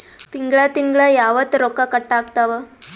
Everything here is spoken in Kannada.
ತಿಂಗಳ ತಿಂಗ್ಳ ಯಾವತ್ತ ರೊಕ್ಕ ಕಟ್ ಆಗ್ತಾವ?